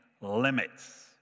limits